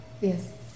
Yes